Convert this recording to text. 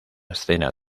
escena